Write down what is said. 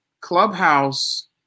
Clubhouse